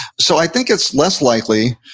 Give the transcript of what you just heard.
so i think it's less likely.